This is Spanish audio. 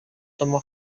tomó